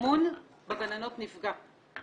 האמון בגננות נפגע.